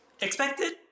Expected